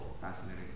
Fascinating